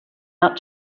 out